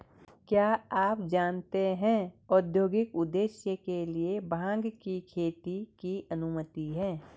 क्या आप जानते है औद्योगिक उद्देश्य के लिए भांग की खेती की अनुमति है?